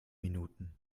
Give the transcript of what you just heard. minuten